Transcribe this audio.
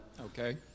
Okay